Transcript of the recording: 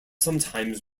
sometimes